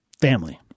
family